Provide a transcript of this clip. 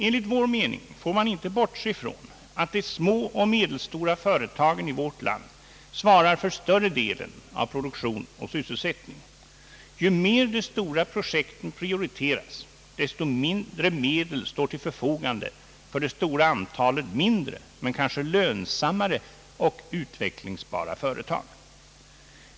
Enligt vår mening bör man inte bortse från att de små och medelstora företagen i vårt land svarar för större delen av produktion och sysselsättning. Ju mer de stora projekten prioriteras, desto mindre medel står till förfogande för det stora antalet mindre men kanske lönsammare och utvecklingsbara företag.